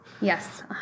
Yes